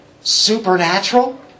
supernatural